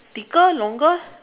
thicker longer